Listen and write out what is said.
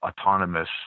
autonomous